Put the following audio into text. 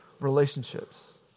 relationships